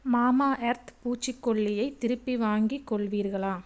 மாமா எர்த் பூச்சிக்கொல்லியை திருப்பி வாங்கிக் கொள்வீர்களா